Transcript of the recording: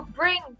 bring